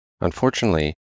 Unfortunately